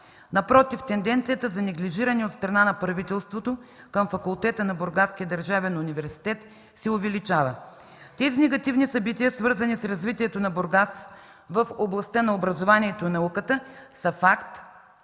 Напротив, тенденцията за неглижиране от страна на правителството към Факултета на Бургаския държавен университет, се увеличава. Тези негативни събития, свързани с развитието на Бургас в областта на образованието и науката, са факт,